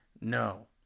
No